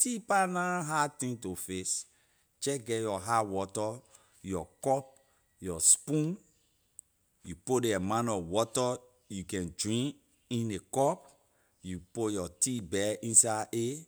Tea pah na hard thing to fix jeh get your hot water your cup your spoon you put ley amount nor water you can drink in ley cup you put your tea bag inside a